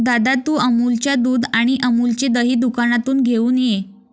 दादा, तू अमूलच्या दुध आणि अमूलचे दही दुकानातून घेऊन ये